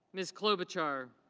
ms. clover chart.